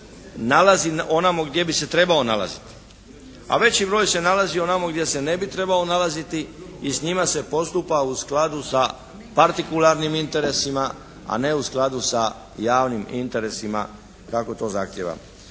nalazi onamo gdje bi se trebao nalaziti. A veći broj se nalazi onamo gdje se ne bi trebao nalaziti i s njima se postupa u skladu sa partikularnim interesima a ne u skladu sa javnim interesima kako to zahtijeva.